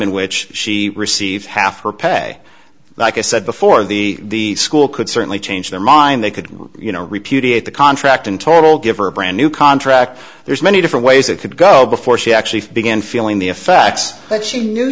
in which she received half her pay like i said before the school could certainly change their mind they could you know repudiate the contract in total give her a brand new contract there's many different ways it could go before she actually began feeling the effects but she knew